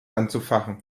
anzufachen